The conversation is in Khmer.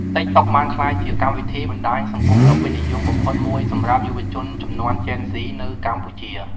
តិកតុកបានក្លាយជាកម្មវិធីបណ្ដាញសង្គមដ៏ពេញនិយមបំផុតមួយសម្រាប់យុវជនជំនាន់ជេនហ្ស៊ីនៅកម្ពុជា។